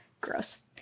Gross